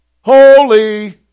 holy